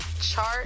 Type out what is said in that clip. chart